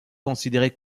considérés